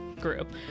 group